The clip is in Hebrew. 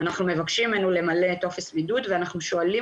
אנחנו מבקשים ממנו למלא טופס בידוד ואנחנו שואלים